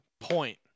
point